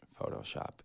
Photoshop